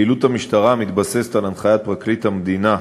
פעילות המשטרה מתבססת על הנחיית פרקליט המדינה,